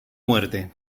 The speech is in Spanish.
muerte